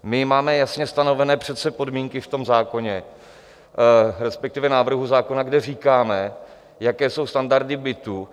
My máme přece jasně stanovené podmínky v tom zákoně, respektive návrhu zákona, kde říkáme, jaké jsou standardy bytů.